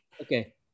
okay